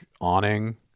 awning